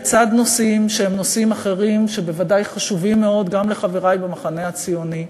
לצד נושאים אחרים שבוודאי חשובים מאוד גם לחברי במחנה הציוני,